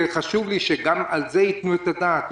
חשוב לי שיתנו את הדעת גם על זה.